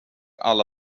alla